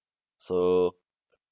so